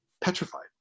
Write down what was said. petrified